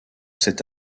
cet